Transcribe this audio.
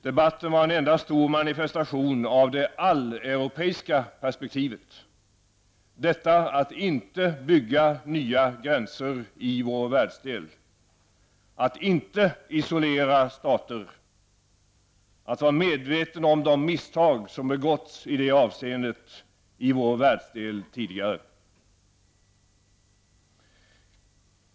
Debatten var en enda stor manifestation av det alleuropeiska perspektivet, dvs. att inte bygga nya gränser i vår världsdel, att inte isolera stater, att vara medveten om de misstag som begåtts i det avseendet i vår världsdel tidigare.